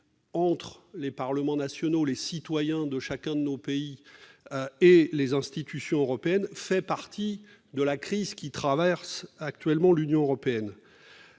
entre les parlements nationaux, les citoyens de chaque pays et les institutions européennes participe de la crise que traverse actuellement l'Union européenne.